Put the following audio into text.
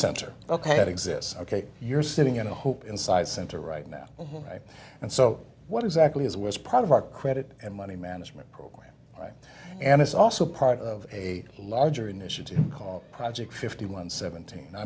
exists ok you're sitting in a hope inside center right now right and so what exactly is was part of our credit and money management program right and it's also part of a larger initiative called project fifty one seventeen